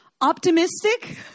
optimistic